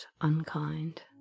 unkind